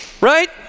right